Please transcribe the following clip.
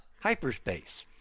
hyperspace